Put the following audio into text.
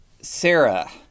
Sarah